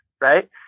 right